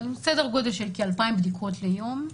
סדר-גודל של כ-2,000 בדיקות ליום.